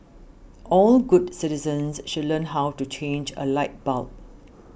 all good citizens should learn how to change a light bulb